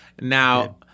Now